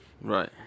Right